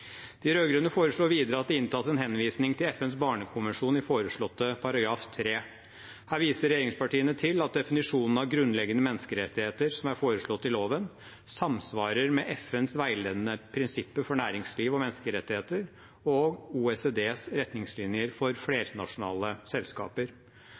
De rød-grønne foreslår videre at det inntas en henvisning til FNs barnekonvensjon i foreslåtte § 3. Her viser regjeringspartiene til at definisjonen av grunnleggende menneskerettigheter, som er foreslått i loven, samsvarer med FNs veiledende prinsipper for næringsliv og menneskerettigheter og OECDs retningslinjer for